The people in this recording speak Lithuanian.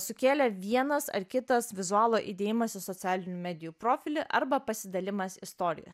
sukėlė vienas ar kitas vizualo įdėjimas į socialinių medijų profilį arba pasidalimas istorija